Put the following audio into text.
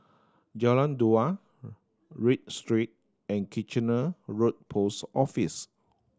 Jalan Dua Read Street and Kitchener Road Post Office